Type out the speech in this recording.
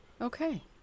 Okay